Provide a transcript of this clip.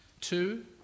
Two